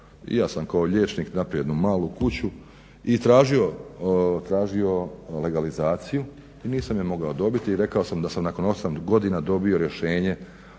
ja sam kao liječnik napravio jednu malu kuću i tražio legalizaciju i nisam je mogao dobiti i rekao sam da sam nakon 8 godina dobio rješenje